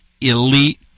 elite